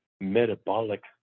metabolic